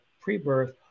pre-birth